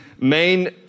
main